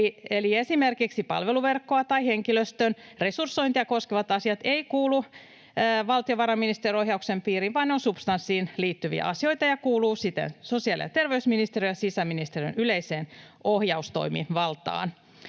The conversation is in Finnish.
esimerkiksi palveluverkkoa tai henkilöstön resursointia koskevat asiat eivät kuulu valtiovarainministeriön ohjauksen piiriin, vaan ne ovat substanssiin liittyviä asioita ja kuuluvat siten sosiaali‑ ja terveysministeriön ja sisäministeriön yleiseen ohjaustoimivaltaan.